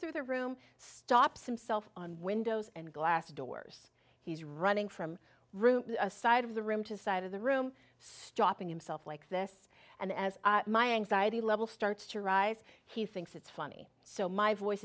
through the room stops themself on windows and glass doors he's running from room a side of the room to side of the room stopping himself like this and as my anxiety level starts to rise he thinks it's funny so my voice